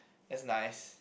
that's nice